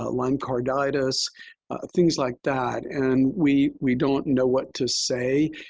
ah lyme carditis, things like that. and we we don't know what to say,